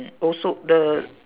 also the